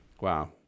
Wow